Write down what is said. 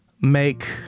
make